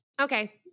Okay